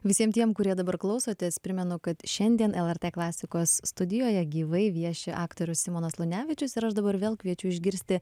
visiem tiem kurie dabar klausotės primenu kad šiandien lrt klasikos studijoje gyvai vieši aktorius simonas lunevičius ir aš dabar vėl kviečiu išgirsti